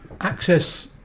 access